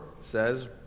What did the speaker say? says